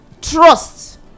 trust